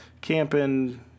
camping